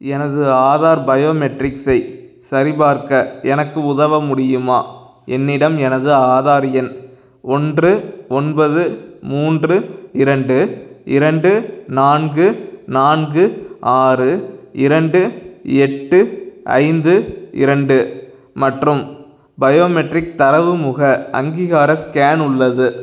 எனது ஆதார் பயோமெட்ரிக்ஸை சரிபார்க்க எனக்கு உதவ முடியுமா என்னிடம் எனது ஆதார் எண் ஒன்று ஒன்பது மூன்று இரண்டு இரண்டு நான்கு நான்கு ஆறு இரண்டு எட்டு ஐந்து இரண்டு மற்றும் பயோமெட்ரிக் தரவு முக அங்கீகார ஸ்கேன் உள்ளது